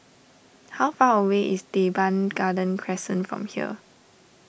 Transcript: how far away is Teban Garden Crescent from here